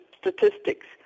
statistics